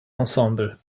ensemble